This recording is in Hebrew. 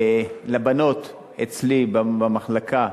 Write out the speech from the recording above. לבנות אצלי במחלקה,